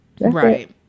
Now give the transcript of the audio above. Right